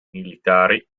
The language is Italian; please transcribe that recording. militari